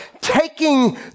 taking